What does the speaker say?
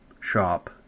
shop